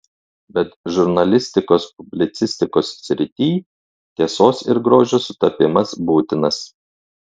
bet žurnalistikos publicistikos srityj tiesos ir grožio sutapimas būtinas